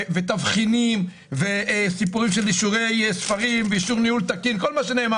תבחינים, אישורי ספרים, ניהול תקין וכדומה.